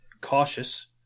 cautious